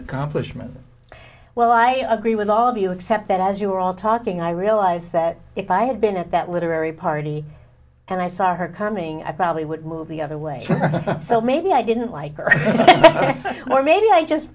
accomplishment well i agree with all of you except that as you were all talking i realize that if i had been at that literary party and i saw her coming i probably would move the other way so maybe i didn't like her or maybe i just